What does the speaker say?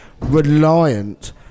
reliant